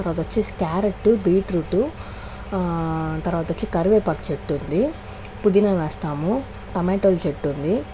తర్వాత వచ్చేసి carrot beetroot తర్వాత కరివేపాకు చెట్టు ఉంది పుదీనా వేస్తాము టమోటాలు చెట్టు ఉంది